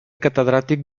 catedràtic